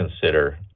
consider